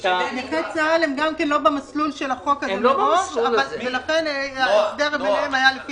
נכי צה"ל הם גם לא במסלול של החוק הזה ולכן ההסדר עליהם היה לפי הסכם.